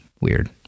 weird